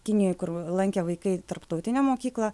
kinijoj kur lankė vaikai tarptautinę mokyklą